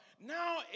now